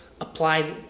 apply